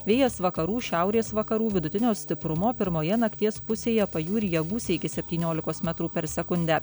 vėjas vakarų šiaurės vakarų vidutinio stiprumo pirmoje nakties pusėje pajūryje gūsiai iki septyniolikos metrų per sekundę